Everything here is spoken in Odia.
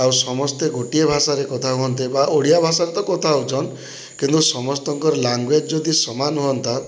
ଆଉ ସମସ୍ତେ ଗୋଟିଏ ଭାଷାରେ କଥା ହୁଅନ୍ତେ ବା ଓଡ଼ିଆ ଭାଷାରେ ତ କଥା ହେଉଛନ୍ କିନ୍ତୁ ସମସ୍ତଙ୍କର ଲାଙ୍ଗୁଏଜ୍ ଯଦି ସମାନ ହୁଅନ୍ତା